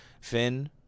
Finn